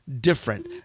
different